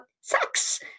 sex